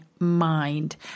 mind